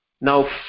Now